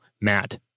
Matt